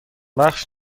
بخش